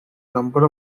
number